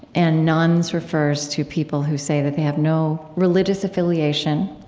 and nones refers to people who say that they have no religious affiliation,